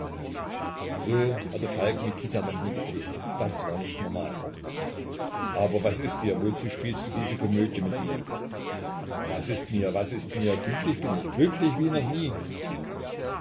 so hatte falk mikita noch nie gesehen das war nicht normal aber was ist dir wozu spielst du diese komödie mit mir was mir ist was mir ist glücklich bin ich glücklich wie noch nie